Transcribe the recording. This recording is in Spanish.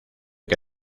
que